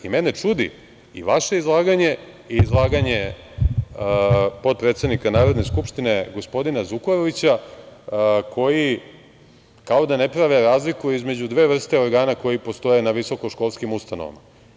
Mene čudi i vaše izlaganje i izlaganje potpredsednika Narodne skupštine, gospodina Zukorlića, koji kao da ne prave razliku između dve vrste organa koji postoje na visokoškolskim ustanovama.